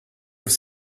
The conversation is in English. have